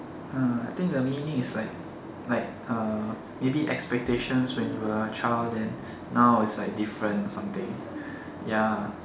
uh I think the meaning is like like err maybe expectations when you were a child then now is like different or something ya